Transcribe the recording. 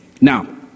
Now